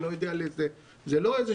לא איזה